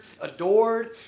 adored